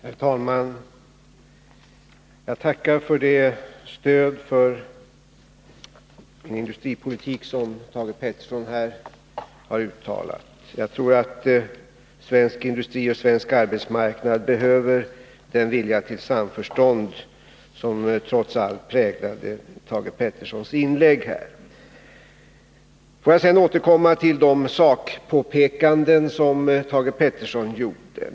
Herr talman! Jag tackar för det stöd för min industripolitik som Thage Peterson här har uttalat. Jag tror att svensk industri och svensk arbetsmarknad behöver den vilja till samförstånd som trots allt präglade Thage Petersons inlägg här. Får jag sedan återkomma till de sakpåpekanden som Thage Peterson gjorde.